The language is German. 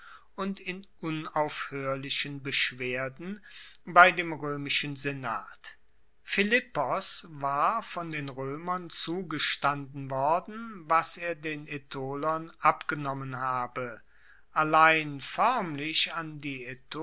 und in unaufhoerlichen beschwerden bei dem roemischen senat philippos war von den roemern zugestanden worden was er den aetolern abgenommen habe allein foermlich an die